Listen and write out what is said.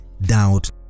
doubt